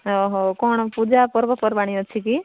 ହଁ ହଉ କ'ଣ ପୂଜା ପର୍ବପର୍ବାଣି ଅଛିକି